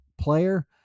player